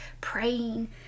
praying